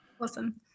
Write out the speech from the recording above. Awesome